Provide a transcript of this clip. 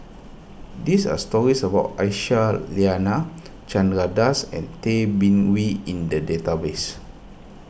these are stories about Aisyah Lyana Chandra Das and Tay Bin Wee in the database